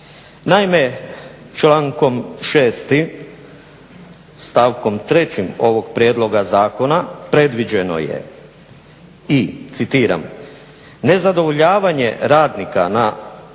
Naime, člankom 6. stavkom 3. ovog prijedloga zakona predviđeno je i citiram: nezadovoljavanje radnika na probnom